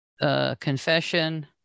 confession